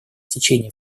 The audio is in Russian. течение